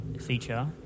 feature